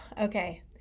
okay